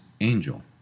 angel